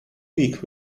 week